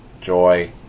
joy